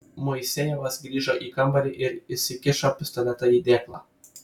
moisejevas grįžo į kambarį ir įsikišo pistoletą į dėklą